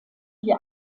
die